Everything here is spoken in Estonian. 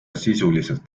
sisuliselt